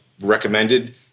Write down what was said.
recommended